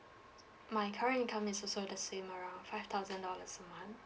my current income is also the same around five thousand dollars a month